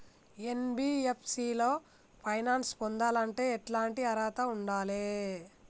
NBFC లో finance పొందాలంటే ఎట్లాంటి అర్హత ఉండాలే?